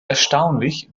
erstaunlich